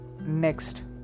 Next